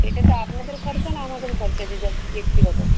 সেটা তো আপনাদের খরচা না আমাদের খরচা যে যার ব্যক্তিগত